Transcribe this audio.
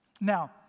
Now